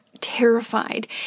terrified